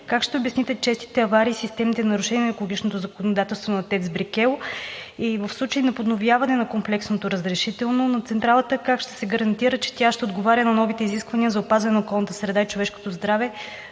как ще обясните честите аварии и системните нарушения на екологичното законодателство на ТЕЦ „Брикел“ и в случай на подновяване на комплексното разрешително на централата, как ще се гарантира, че тя ще отговаря на новите изисквания за опазване на околната среда и човешкото здраве,